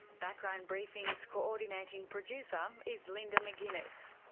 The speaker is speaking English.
background briefing's coordinating producer um is linda mcginness,